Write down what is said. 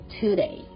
today